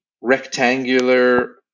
rectangular